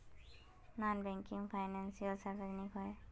Non banking financial services की होय?